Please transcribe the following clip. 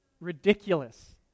ridiculous